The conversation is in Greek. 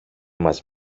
μας